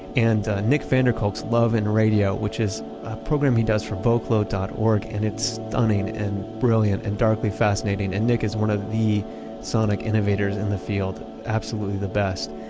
and nick van der kolk's love plus radio which is a program he does for vocalo dot org and it's stunning and brilliant and darkly fascinating, and nick is one of the sonic innovators in the field. absolutely the best.